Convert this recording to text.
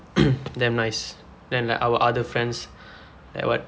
damn nice then like our other friends that what